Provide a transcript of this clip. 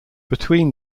between